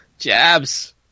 Jabs